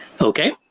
Okay